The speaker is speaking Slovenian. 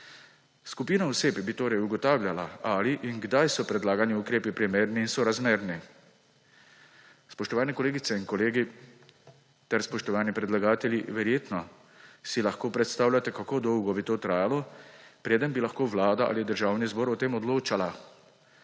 Skupina oseb bi torej ugotavljala, ali in kdaj so predlagani ukrepi primerni in sorazmerni. Spoštovane kolegice in kolegi ter spoštovani predlagatelji! Verjetno si lahko predstavljate, kako dolgo bi to trajalo, preden bi lahko Vlada ali Državni zbor o tem odločala.